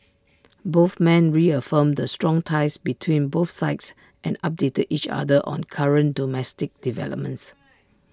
both men reaffirmed the strong ties between both sides and updated each other on current domestic developments